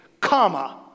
comma